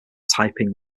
taiping